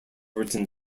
written